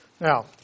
now